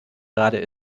gerade